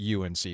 UNC